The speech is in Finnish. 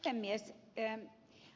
herra puhemies